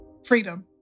Freedom